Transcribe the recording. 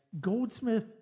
Goldsmith